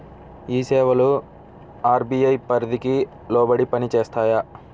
ఈ సేవలు అర్.బీ.ఐ పరిధికి లోబడి పని చేస్తాయా?